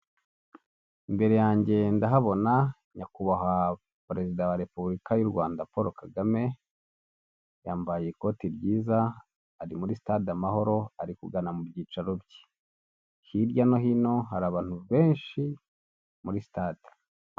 Imbere yanjye ndahabona nyakubahwa perezida wa repubulika y'u Rwanda Paul Kagame, yambaye ikoti ryiza, ari muri stade amahoro, ari kugana mu byicaro bye, hirya no hino hari abantu benshi muri stade.